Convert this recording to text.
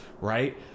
right